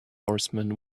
horsemen